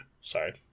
sorry